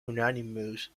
unanimous